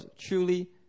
truly